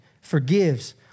forgives